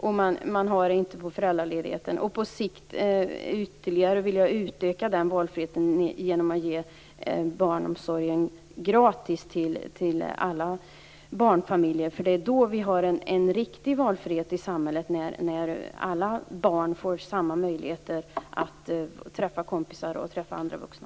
På sikt vill jag att den valfriheten ytterligare utökas genom att erbjuda gratis barnomsorg till alla barnfamiljer. En riktig valfrihet i samhället är när alla barn får samma möjligheter att träffa kompisar och andra vuxna.